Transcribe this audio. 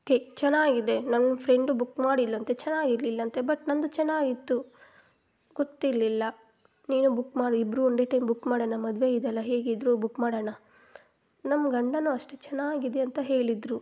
K ಚೆನ್ನಾಗಿದೆ ನನ್ನ friend book ಮಾಡಿದ್ಳಂತೆ ಚೆನ್ನಾಗಿರಲಿಲ್ಲಂತೆ ಬಟ್ ನಂದು ಚೆನ್ನಾಗಿತ್ತು ಗೊತ್ತಿರಲಿಲ್ಲ ನೀನು ಬುಕ್ ಮಾ ಇಬ್ರೂ ಒಂದೇ ಟೈಮ್ ಬುಕ್ ಮಾಡೋಣ ಮದುವೆ ಇದೆ ಅಲ್ಲ ಹೇಗಿದ್ರು ಬುಕ್ ಮಾಡೋಣ ನಮ್ಮ ಗಂಡನು ಅಷ್ಟೇ ಚೆನ್ನಾಗಿದೆ ಅಂತ ಹೇಳಿದ್ರು